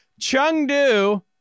Chengdu